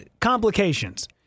complications